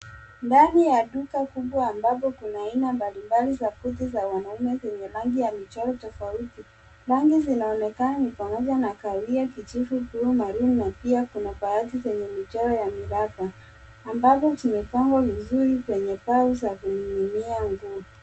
Ndani ya duka kubwa ambapo kuna aina mbalimbali za suti za wanaume zenye rangi ya michoro tofauti. Rangi zinaonekana ni pamoja na kahawia, kijivu, buluu, maroon na pia kuna baadhi zenye michoro ya miraba ambazo zimepangwa vizuri kwenye paa za kuninginia nguo.